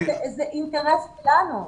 זה אינטרס שלנו.